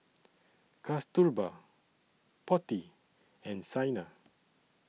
Kasturba Potti and Saina